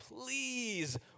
please